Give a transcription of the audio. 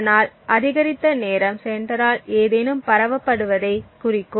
அதனால் அதிகரித்த நேரம் செண்டரால் ஏதேனும் பரப்பப்படுவதைக் குறிக்கும்